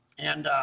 and